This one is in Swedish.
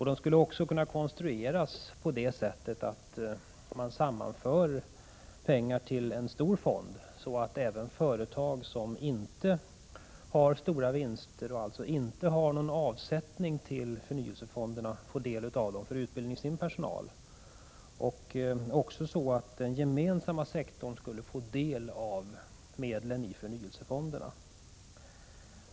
De skulle också kunna konstrueras på det sättet att man sammanför pengar till en stor fond, så att även företag som inte har stora vinster och alltså inte gör någon avsättning till förnyelsefonderna får del av dem för utbildning av personal och också så att den gemensamma sektorn skulle få del av medlen i förnyelsefonderna.